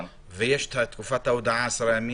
ויש תקופת ההודעה - עשרה ימים.